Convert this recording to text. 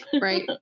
Right